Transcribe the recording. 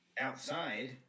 outside